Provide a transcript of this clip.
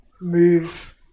move